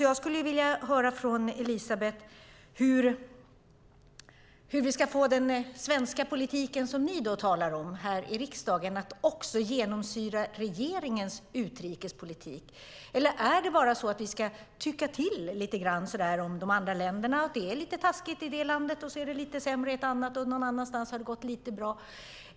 Jag skulle vilja höra från Elisabeth hur vi ska få den svenska politik som ni talar om här i riksdagen att också genomsyra regeringens utrikespolitik. Är det bara så att vi ska tycka till lite grann om de andra länderna, att det är lite taskigt i det landet, lite sämre i ett annat och någon annanstans har det gått lite bra?